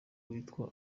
witwa